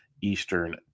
Eastern